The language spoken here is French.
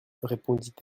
répondit